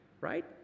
right